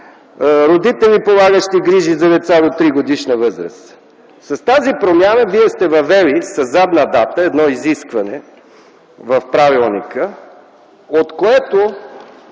родители, полагащи грижи за деца до 3-годишна възраст. С тази промяна вие сте въвели със задна дата едно изискване в правилника, от което